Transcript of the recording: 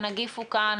הנגיף הוא כאן,